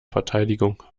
verteidigung